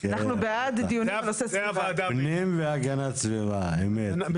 משנה שעברה, חלק